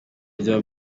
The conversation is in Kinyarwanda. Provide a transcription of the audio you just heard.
rya